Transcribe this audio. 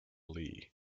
lee